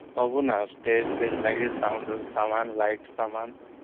ସବୁ ନା stage phase ଲାଗି ସାଉଣ୍ଡ୍ ସାମାନ୍ ଲାଇଟ୍ ସାମାନ୍